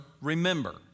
remember